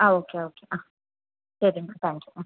ആ okay okay ശരിയെന്നാല് thank you ഉം